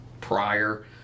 prior